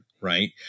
right